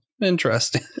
interesting